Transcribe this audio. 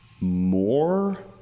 more